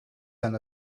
than